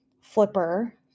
Flipper